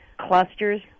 clusters